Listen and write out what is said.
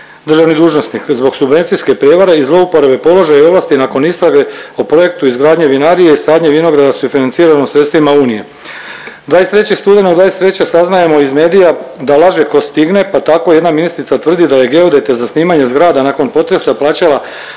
državni dužnosnik. Zbog subvencijske prijevara i zlouporabe položaja i ovlasti nakon istrage o projektu izgradnje vinarije i sadnje vinograda sufinancirano sredstvima Unije. 23. studenog 2023. saznajemo iz medija da laže tko stigne, pa tako jedna ministrica tvrdi da je geodeta za snimanje zgrada nakon potresa plaćala